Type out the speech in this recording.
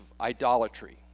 idolatry